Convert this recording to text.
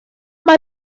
mae